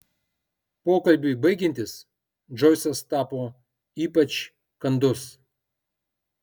pokalbiui baigiantis džoisas tapo ypač kandus